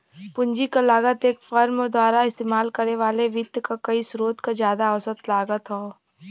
पूंजी क लागत एक फर्म द्वारा इस्तेमाल करे वाले वित्त क कई स्रोत क जादा औसत लागत हौ